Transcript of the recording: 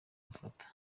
gufatwa